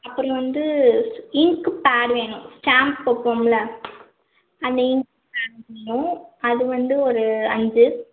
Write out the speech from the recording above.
அப்புறம் வந்து ink pad வேணும் ஸ்டாம்ப் வைப்போம்ல அந்த இங்க் பேடு வேணும் அது வந்து ஒரு அஞ்சு